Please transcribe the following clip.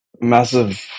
massive